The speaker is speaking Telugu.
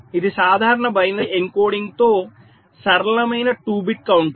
ఇది సాధారణ బైనరీ ఎన్కోడింగ్తో సరళమైన 2 బిట్ కౌంటర్